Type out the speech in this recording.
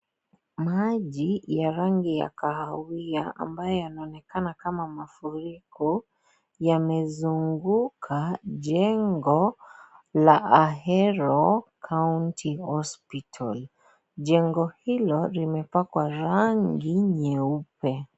Maji ya rangi ya kahawia ambayo yanaonekana kama mafuriko yamezunguka jengo la Ahero county hospital, jengo hilo limepakwa rangi nyeupe.